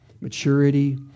maturity